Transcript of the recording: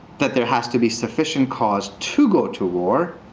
that there has to be sufficient cause to go to war.